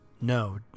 no